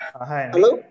Hello